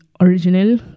original